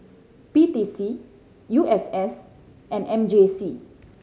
P T C U S S and M J C